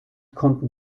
konnten